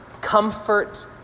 Comfort